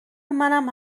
منم